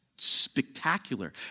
spectacular